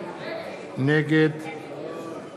נגד